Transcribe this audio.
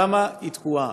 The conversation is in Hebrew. למה היא תקועה?